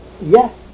Yes